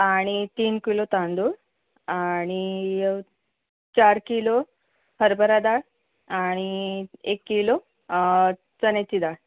आणि तीन किलो तांदूळ आणि चार किलो हरभरा डाळ आणि एक किलो चण्याची डाळ